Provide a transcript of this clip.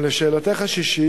6. לשאלתך השישית,